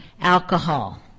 alcohol